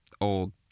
old